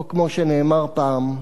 או כמו שנאמר פעם: